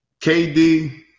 KD